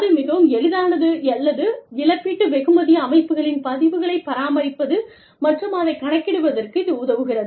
அது மிகவும் எளிதானது அல்லது இழப்பீட்டு வெகுமதி அமைப்புகளின் பதிவுகளைப் பராமரிப்பது மற்றும் அதைக் கணக்கிடுவதற்கு இது உதவுகிறது